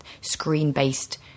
screen-based